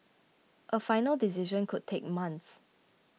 a final decision could take months